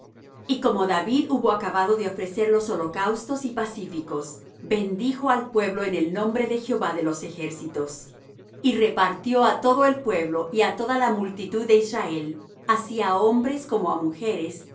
y como david hubo acabado de ofrecer los holocaustos y pacíficos bendijo al pueblo en el nombre de jehová de los ejércitos y repartió á todo el pueblo y á toda la multitud de israel así á hombres como á mujeres